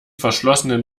verschlossenen